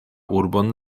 urbon